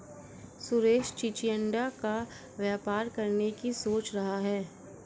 सुरेश चिचिण्डा का व्यापार करने की सोच रहा है